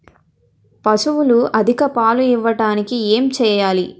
పశువులు అధిక పాలు ఇవ్వడానికి ఏంటి చేయాలి